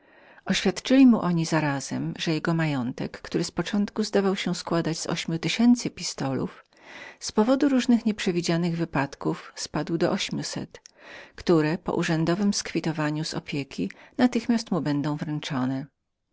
oświadczyli mu zarazem że jego majątek który z początku zdawał się składać z ośmiu tysięcy pistolów z powodu wielu nieprzewidzianych wypadków zszedł na ośmset które po urzędowem zakwitowaniu z opieki natychmiast mu będą wręczone